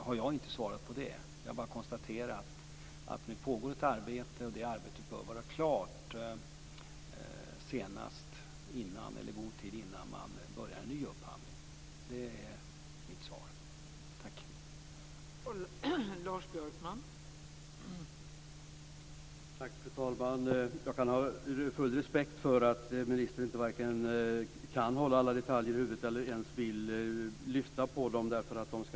har jag inte sagt något. Jag har bara konstaterat att det pågår ett arbete och att det bör vara klart i god tid innan man börjar en ny upphandling. Det är mitt svar. Tack!